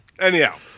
Anyhow